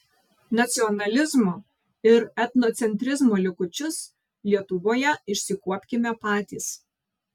nacionalizmo ir etnocentrizmo likučius lietuvoje išsikuopkime patys